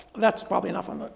that's probably enough. um